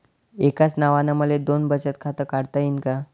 एकाच नावानं मले दोन बचत खातं काढता येईन का?